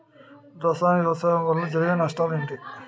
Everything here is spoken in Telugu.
రసాయన వ్యవసాయం వల్ల జరిగే నష్టాలు ఏంటి?